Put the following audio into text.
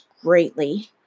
greatly